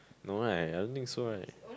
no like I don't think so right